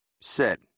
Sit